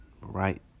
right